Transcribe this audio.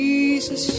Jesus